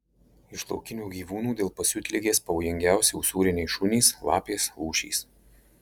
iš laukinių gyvūnų dėl pasiutligės pavojingiausi usūriniai šunys lapės lūšys